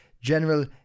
General